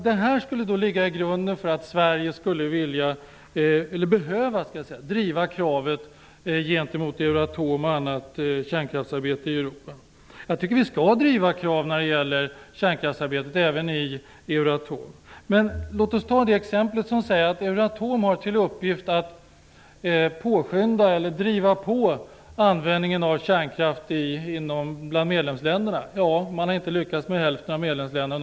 Detta skulle ligga i grunden för att Sverige skulle behöva driva krav gentemot Euroatom och annat kärnkraftsarbete i Jag tycker att vi skall driva krav när det gäller kärnkraftsarbetet även i Euroatom.Men låt oss ta ett exempel. Euratom har till uppgift att driva på användningen av kärnkraft i medlemsländerna. De har inte lyckats med hälften av medlemsländerna.